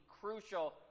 crucial